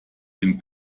den